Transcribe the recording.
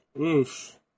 Oof